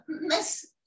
Miss